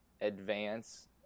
advance